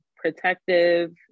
protective